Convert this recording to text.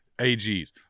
AGs